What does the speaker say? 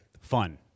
fun